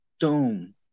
dome